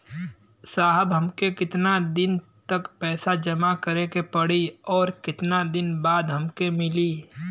साहब हमके कितना दिन तक पैसा जमा करे के पड़ी और कितना दिन बाद हमके मिली?